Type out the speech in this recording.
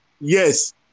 Yes